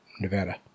Nevada